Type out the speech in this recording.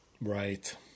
Right